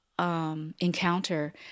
Encounter